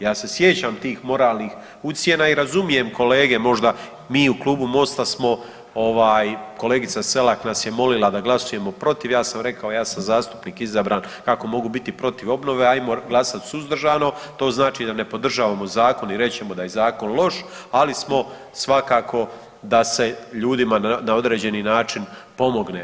Ja se sjećam tih moralnih ucjena i razumijem kolege, možda mi u klubu Mosta smo kolegica Selak nas je molila da glasujemo protiv, ja sam rekao ja sam zastupnik izabran kako mogu biti protiv obnove, ajmo glasat suzdržano, to znači da ne podržavamo zakon i reći ćemo da je zakon loš, ali smo svakako da se ljudima na određeni način pomogne.